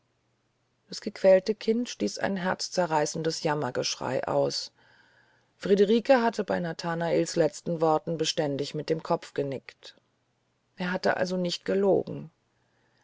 das gequälte kind stieß ein herzzerreißendes jammergeschrei aus friederike hatte bei nathanaels letzten worten bestätigend mit dem kopfe genickt er hatte also nicht gelogen